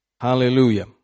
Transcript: Hallelujah